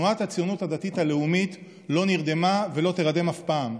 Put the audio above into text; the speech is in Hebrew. תנועת הציונות הדתית הלאומית לא נרדמה ולא תירדם אף פעם,